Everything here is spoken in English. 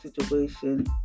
situation